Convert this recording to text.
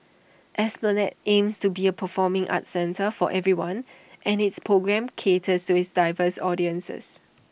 esplanade aims to be A performing arts centre for everyone and its programmes caters to its diverse audiences